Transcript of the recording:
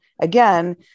Again